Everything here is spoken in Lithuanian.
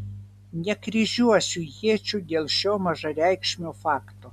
nekryžiuosiu iečių dėl šio mažareikšmio fakto